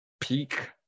peak